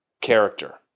character